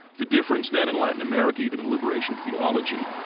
the difference that in latin america, even in liberation theology,